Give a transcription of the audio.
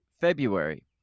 February